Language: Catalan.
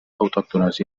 autòctones